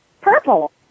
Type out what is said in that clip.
Purple